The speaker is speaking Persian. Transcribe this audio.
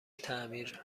تعمیر